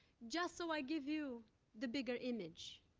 just so i give you the bigger image,